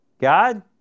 God